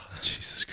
Jesus